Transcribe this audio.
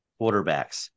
quarterbacks